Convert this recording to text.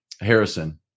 Harrison